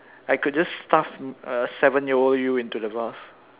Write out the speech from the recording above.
I could just stuff uh seven year old you into the vase